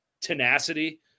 tenacity